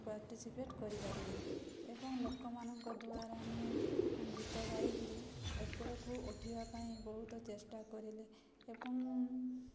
participate କରିପାରିବି ଏବଂ ଲୋକମାନଙ୍କ ଦ୍ୱାରା ମୁଁ ଗୀତ ଗାଇକିରି ଉପରକୁ ଉଠିବା ପାଇଁ ବହୁତ ଚେଷ୍ଟା କରିଲି ଏବଂ